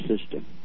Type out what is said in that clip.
system